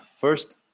first